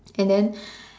and then